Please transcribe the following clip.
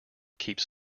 keeps